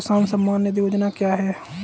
किसान सम्मान निधि योजना क्या है?